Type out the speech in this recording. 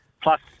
Plus